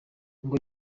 ngo